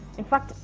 in fact,